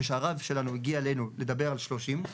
כשהרב שלנו הגיעו אלינו לדבר על שלושים,